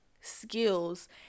skills